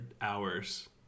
hours